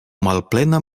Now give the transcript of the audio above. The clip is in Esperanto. malplena